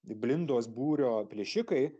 blindos būrio plėšikai